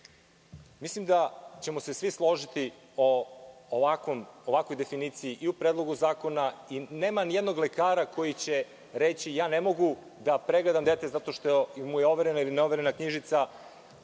da ćemo se svi složiti o ovakvoj definiciji i u Predlogu zakona i nema ni jednog lekara koji će reći – ja ne mogu da pregledam dete zato što mu je overena ili neoverena knjižica.